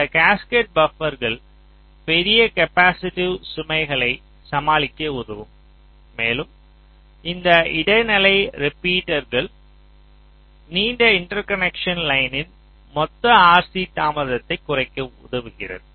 இந்த கேஸ்கேடட் பபர்கள் பெரிய கேப்பாசிட்டிவ் சுமைகளை சமாளிக்க உதவும் மேலும் இந்த இடைநிலை ரிப்பீட்டர் நீண்ட இன்டர்கனெக்ஷன் லைனின் மொத்த RC தாமதத்தைக் குறைக்க உதவுகிறது